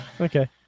Okay